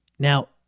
Now